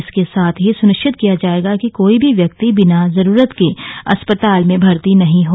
इसके साथ यह भी सुनिश्चित किया जाएगा कि कोई भी व्यक्ति बिना जरूरत के अस्पताल में भर्ती नहीं हो